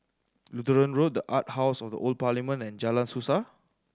Lutheran Road The Art House at the Old Parliament and Jalan Suasa